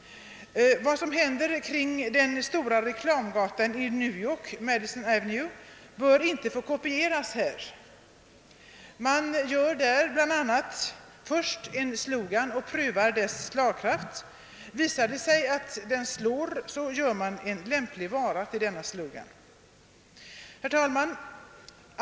Vad som händer kring den stora reklamgatan i New York, Madison Avenue, bör inte få kopieras här. Man gör där bl.a. först en slogan och prövar dess slagkraft. Visar det sig att den slår gör man en lämplig vara till denna slogan. Herr talman!